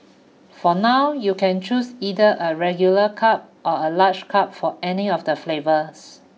for now you can choose either a regular cup or a large cup for any of the flavours